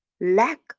lack